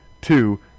Two